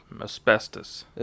Asbestos